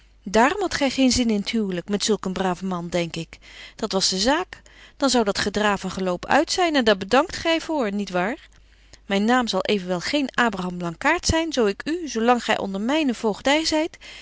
dààrom hadt gy geen zin in t huwlyk met zulk een braaf man denk ik dat was de zaak dan zou dat gedraaf en geloop uit zyn en daar bedankte gy voor niet waar myn naam zal evenwel geen abraham blankaart zyn zo ik u zo lang gy onder myne